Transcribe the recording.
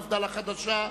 מפד"ל החדשה.